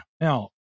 Now